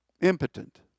Impotent